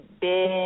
big